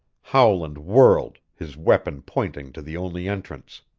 howland whirled, his weapon pointing to the only entrance.